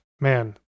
man